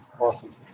Awesome